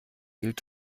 gilt